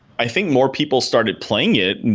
i think more people started playing it, and